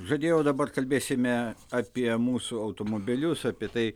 žadėjau dabar kalbėsime apie mūsų automobilius apie tai